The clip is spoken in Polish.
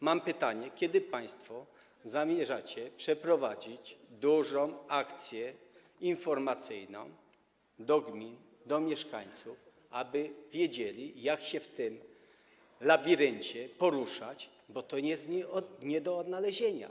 Mam pytanie, kiedy państwo zamierzacie przeprowadzić dużą akcję informacyjną dla gmin, mieszkańców, aby wiedzieli, jak się w tym labiryncie poruszać, bo to jest nie do odnalezienia.